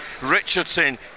Richardson